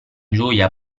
gioia